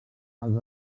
als